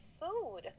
food